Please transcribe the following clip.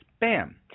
Bam